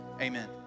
amen